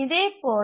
இதேபோல்